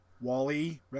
Wally